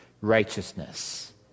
righteousness